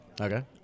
Okay